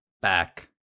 Back